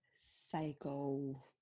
psycho